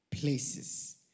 places